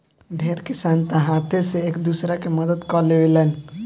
ढेर किसान तअ हाथे से एक दूसरा के मदद कअ लेवेलेन